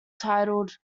titled